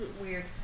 weird